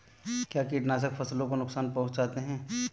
क्या कीटनाशक फसलों को नुकसान पहुँचाते हैं?